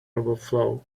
overflow